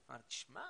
אמר לי 'תשמע,